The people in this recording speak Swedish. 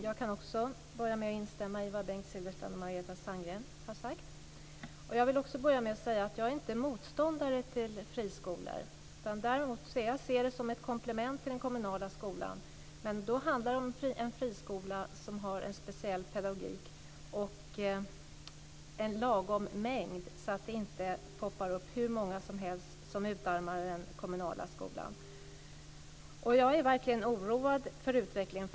Fru talman! Jag kan börja med att instämma i vad Bengt Silfverstrand och Margareta Sandgren har sagt. Jag vill också säga att jag inte är motståndare till friskolor. Jag ser dem som ett komplement till den kommunala skolan. Men då handlar det om en friskola som har en speciell pedagogik, och det ska vara en lagom mängd så att det inte poppar upp hur många som helst som utarmar den kommunala skolan. Jag är verkligen oroad för utvecklingen.